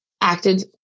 acted